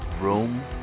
Rome